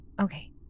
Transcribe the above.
Okay